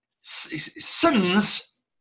sins